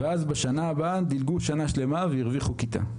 בשנה הבאה הם דילגו שנה שלמה והרוויחו כיתה.